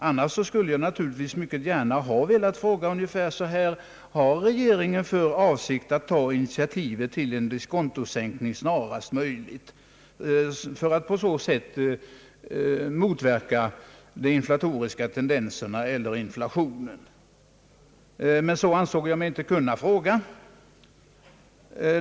Annars skulle jag naturligtvis mycket gärna velat fråga så här: »Har regeringen för avsikt att ta initiativ till en diskontosänkning snarast möjligt för att på så sätt motverka inflationen?» Men så ansåg jag mig inte kunna fråga.